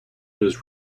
was